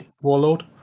Warlord